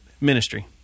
ministry